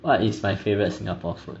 what is my favourite singapore food